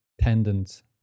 tendons